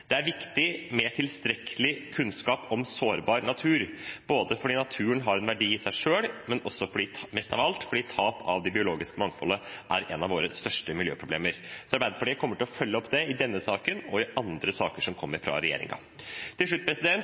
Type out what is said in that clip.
Det er viktig med tilstrekkelig kunnskap om sårbar natur, både fordi naturen har en verdi i seg selv, og mest av alt – fordi tap av det biologiske mangfoldet er et av våre største miljøproblemer. Så Arbeiderpartiet kommer til å følge opp dette i denne saken og i andre saker som kommer fra regjeringen. Til slutt: